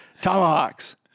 Tomahawks